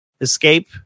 Escape